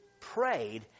prayed